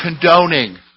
condoning